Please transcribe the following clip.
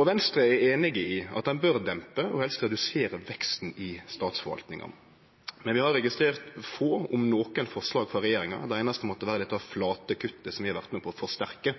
Venstre er einig i at ein bør dempe – og helst redusere – veksten i statsforvaltninga. Men vi har registrert få, om nokon, forslag frå regjeringa – det einaste måtte vere dette flate kuttet som vi har vore med på å forsterke